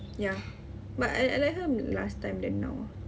ya but I I like her last time than now ah